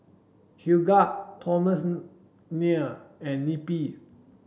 Hildegard and Neppie